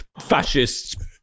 fascists